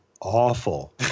awful